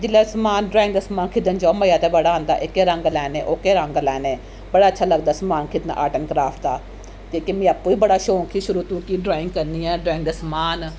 जिल्लै समान ड्राइंग दा समान खरीदन जाओ मजा ते बड़ा औंदा एह्के रंग लैने ओह्के रंग लैने बड़ा अच्छा लगदा समान खरीदना आर्ट ऐंड क्राफ्ट दा लेकन मी आपूं बी बड़ा शौंक ही शुरू तों कि ड्राइंग करनी ऐ ड्राइंग दा समान